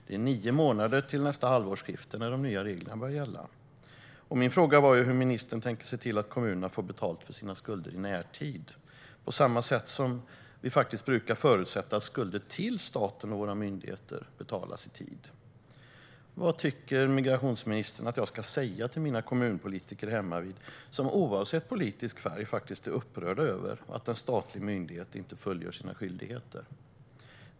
Det är nio månader till det halvårsskifte då de nya reglerna börjar gälla, och min fråga var hur ministern tänker se till att kommunerna får betalt för sina skulder i närtid - på samma sätt som vi faktiskt brukar förutsätta att skulder till staten och våra myndigheter betalas i tid. Vad tycker migrationsministern att jag ska säga till kommunpolitikerna hemmavid? Oavsett politisk färg är de upprörda över att en statlig myndighet inte fullgör sina skyldigheter.